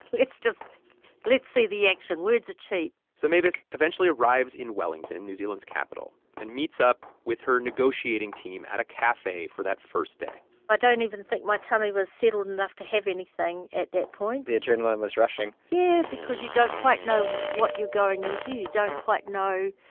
it's just let's see the action. words are cheap so mavis eventually arrives in wellington, new zealand's capital, and meets up with her negotiating team at a cafe for that first day i ah don't even think my tummy was settled enough to have anything at that point the adrenaline was rushing yeah, because you don't quite know what you're going into. you don't quite know